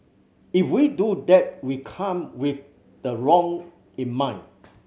if we do that we come with the wrong in mind